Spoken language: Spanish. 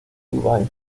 dubái